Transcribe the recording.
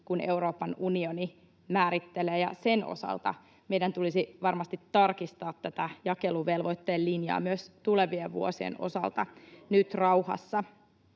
kuin Euroopan unioni määrittelee. Sen osalta meidän tulisi varmasti tarkistaa tätä jakeluvelvoitteen linjaa myös tulevien vuosien osalta nyt rauhassa.